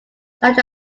such